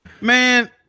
man